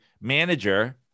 manager